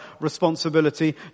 responsibility